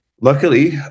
Luckily